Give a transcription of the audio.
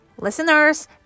Listeners